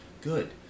Good